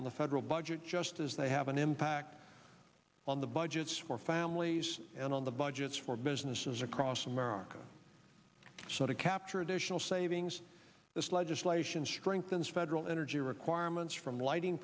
on the federal budget just as they have an impact on the budgets for families and on the budgets for businesses across america so to capture additional savings this legislation strengthens federal energy requirements from lighting